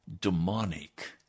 demonic